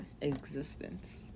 existence